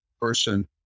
person